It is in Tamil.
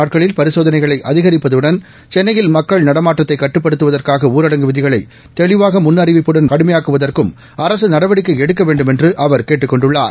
நாட்களில் பரிசோதனைகளை அதிகரிப்பதுடன் சென்னையில் மக்கள் அடுக்க சில நடமாட்டத்தை கட்டுப்படுத்துவதற்காக ஊரடங்கு விதிகளை தெளிவாள முன் அறிவிப்புடன் கடுமையாக்குவதற்கும் அரக நடவடிக்கை எடுக்க வேண்டுமென்று அவர் கேட்டுக் கொண்டுள்ளார்